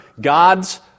God's